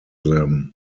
them